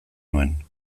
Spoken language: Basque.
nuen